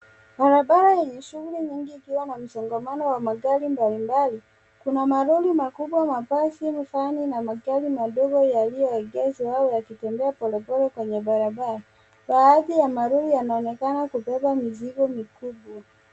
Barabara yenye shughuli nyingi ikiwa na msongamano wa magari mbalimbali. Kuna malori makubwa, mabasi, vani na magari madogo yaliyoegeshwa au yakitembea polepole kwenye barabara. Baadhi ya malori yanaonekana kubeba mizigo mikubwa.